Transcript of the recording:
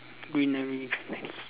greenery